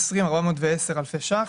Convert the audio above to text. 20,410 אלפי שקלים.